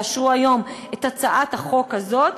תאשרו היום את הצעת החוק הזאת,